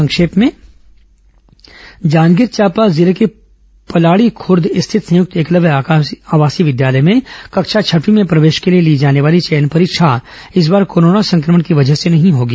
संक्षिप्त समाचार जांजगीर चांपा जिले के पलाड़ी खूर्द स्थित संयुक्त एकलव्य आवासीय विद्यालय में कक्षा छठवीं में प्रवेश के लिए ली जाने वाली चयन परीक्षा इस बार कोरोना संक्रमण की वजह से नहीं होगी